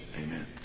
Amen